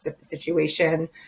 situation